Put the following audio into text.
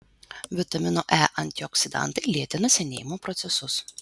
vitamino e antioksidantai lėtina senėjimo procesus